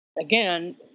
again